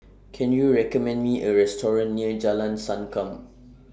Can YOU recommend Me A Restaurant near Jalan Sankam